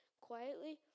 Quietly